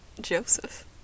joseph